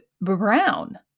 brown